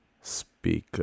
speak